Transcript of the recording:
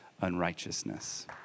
unrighteousness